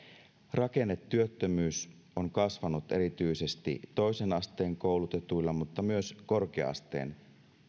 rakennetyöttömyys on kasvanut erityisesti toisen asteen koulutetuilla mutta myös korkea asteen